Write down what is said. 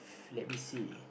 let me see